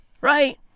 Right